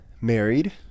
married